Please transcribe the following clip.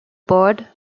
board